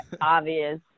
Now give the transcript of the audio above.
obvious